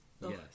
Yes